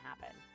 happen